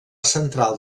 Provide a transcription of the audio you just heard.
central